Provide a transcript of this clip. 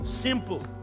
Simple